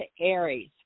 Aries